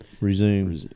resume